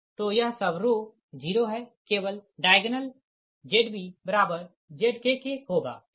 तो यह सब रो 0 है केवल डायग्नल ZbZkk होगा ठीक